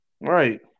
Right